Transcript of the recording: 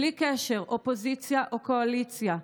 בלי קשר לאופוזיציה או לקואליציה,